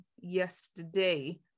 Yesterday